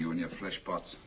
you in your flesh pots